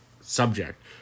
subject